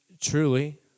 truly